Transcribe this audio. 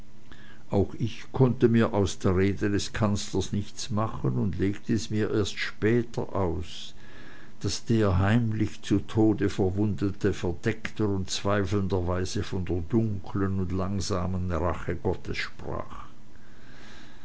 auch ich konnte mir aus der rede des kanzlers nichts machen und legte es mir erst später aus daß der heimlich zu tode verwundete verdeckter und zweifelnder weise von der dunkeln und langsamen rache